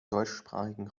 deutschsprachigen